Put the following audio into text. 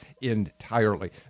entirely